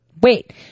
Wait